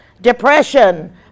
depression